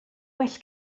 well